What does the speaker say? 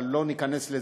אבל לא ניכנס לזה,